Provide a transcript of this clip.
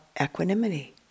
equanimity